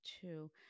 two